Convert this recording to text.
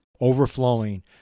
overflowing